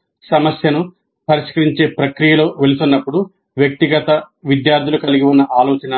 వారు సమస్యను పరిష్కరించే ప్రక్రియలో వెళుతున్నప్పుడు వ్యక్తిగత విద్యార్థులు కలిగి ఉన్న ఆలోచన